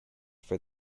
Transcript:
for